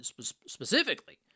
specifically